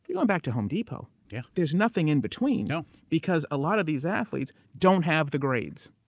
you're going back to home depot. yeah there's nothing in between, because a lot of these athletes don't have the grades.